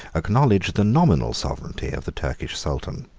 acknowledged the nominal sovereignty of the turkish sultan.